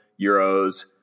Euros